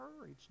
courage